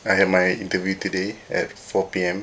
I had my interview today at four P_M